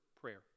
prayer